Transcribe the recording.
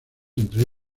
entre